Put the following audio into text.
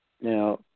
now